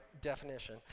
definition